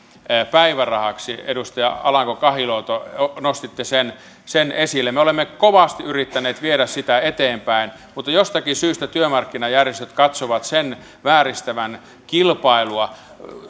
päivärahaksi edustaja alanko kahiluoto nostitte sen sen esille niin me olemme kovasti yrittäneet viedä sitä eteenpäin mutta jostakin syystä työmarkkinajärjestöt katsovat sen vääristävän kilpailua